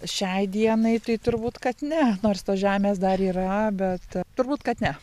šiai dienai tai turbūt kad ne nors tos žemės dar yra bet turbūt kad ne